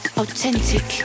authentic